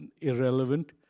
irrelevant